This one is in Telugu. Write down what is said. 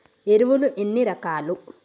ఎరువులు ఎన్ని రకాలు?